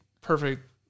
perfect